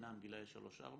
חינם לגילאי 3-4